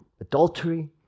adultery